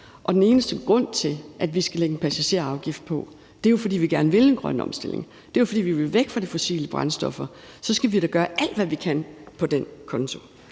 og den eneste grund til, at vi skal lægge en passagerafgift på, er, at vi gerne vil en grøn omstilling og vi vil væk fra de fossile brændstoffer, og så skal vi da gøre alt, hvad vi kan, på den konto.